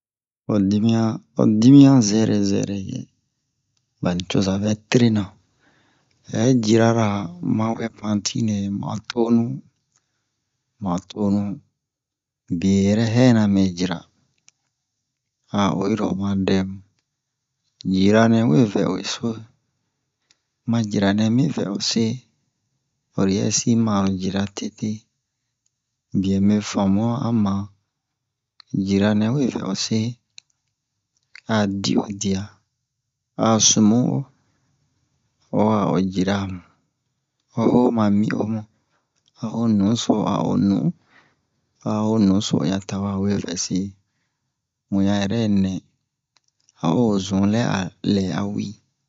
Ho dimiyan ho dimiyan zɛrɛ zɛrɛ ba nicoza bɛ terena hɛ jirara ma wɛ pantine mu'a tonu mu'a tonu biye yɛrɛ hɛna me jira a oyi ro wa dɛmu in jira nɛ we vɛ o se ma jira nɛ mi vɛ o se ho loyɛsi ma'a lo jira tete biyɛ mɛ famu'a a ma jira nɛ we vɛ o se a di o diya a sumu'o o ho a'o jira o ho ma mi'o mu a ho nunso a'o nu a ho nunso o yan tawe a we vɛ se mu yan yɛrɛ nɛ a'o uzn lɛ a lɛ'a wi